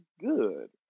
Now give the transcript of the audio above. good